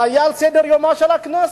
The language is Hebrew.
זה היה על סדר-יומה של הכנסת.